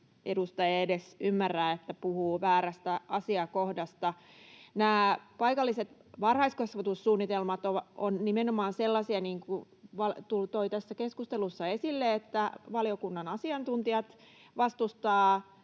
edustaja ei edes ymmärrä, että puhuu väärästä asiakohdasta. Nämä paikalliset varhaiskasvatussuunnitelmat ovat nimenomaan sellaisia, niin kuin on tullut tässä keskustelussa esille, että valiokunnan asiantuntijat vastustavat